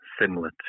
similar